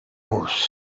horse